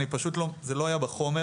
זה פשוט לא היה בחומר,